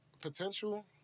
potential